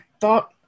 thought